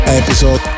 episode